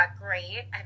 great